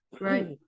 Right